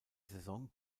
saison